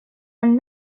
and